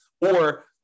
Or-